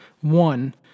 One